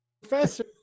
Professor